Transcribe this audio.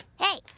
Hey